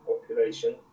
population